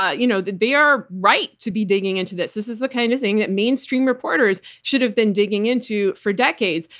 ah you know they are right to be digging into this. this is the kind of thing that mainstream reporters should have been digging into for decades.